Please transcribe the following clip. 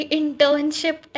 internship